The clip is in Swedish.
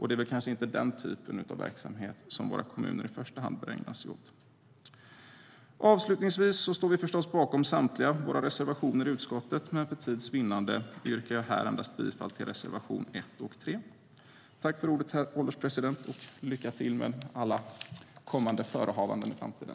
Det är väl kanske inte den typen av verksamhet våra kommuner i första hand bör ägna sig åt. Avslutningsvis står vi förstås bakom samtliga våra reservationer i utskottet, men för tids vinnande yrkar jag här endast bifall till reservation 1 och 3. Tack för ordet, herr ålderspresident, och lycka till med alla kommande förehavanden i framtiden!